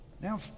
Now